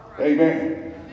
Amen